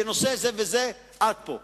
בנושא זה וזה עד פה.